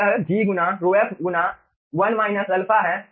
तो यह G गुना ρf गुना 1 α है